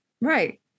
right